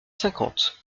cinquante